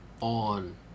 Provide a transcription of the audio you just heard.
on